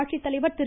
ஆட்சித்தலைவர் திரு